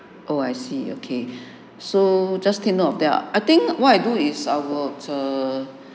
oh I see okay so just take note of that I think what I do is I would err